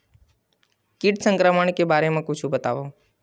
कीट संक्रमण के बारे म कुछु बतावव?